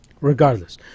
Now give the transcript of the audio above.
Regardless